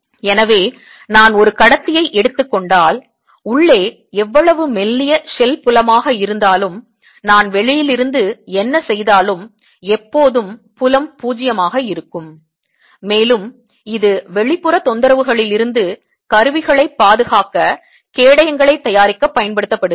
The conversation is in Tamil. எனவே நான் ஒரு கடத்தியை எடுத்துக்கொண்டால் உள்ளே எவ்வளவு மெல்லிய ஷெல் புலமாக இருந்தாலும் நான் வெளியிலிருந்து என்ன செய்தாலும் எப்போதும் புலம் 0 ஆக இருக்கும் மேலும் இது வெளிப்புற தொந்தரவுகளிலிருந்து கருவிகளைப் பாதுகாக்க கேடயங்களை தயாரிக்க பயன்படுத்தப்படுகிறது